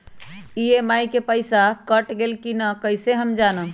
EMI के पईसा cut गेलक कि ना कइसे हम जानब?